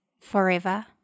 forever